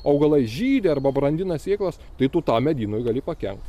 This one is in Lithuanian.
augalai žydi arba brandina sėklas tai tu tam medynui gali pakenkt